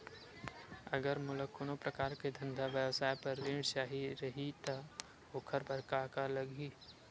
अगर मोला कोनो प्रकार के धंधा व्यवसाय पर ऋण चाही रहि त ओखर बर का का लगही?